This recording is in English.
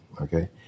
Okay